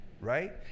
right